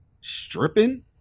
stripping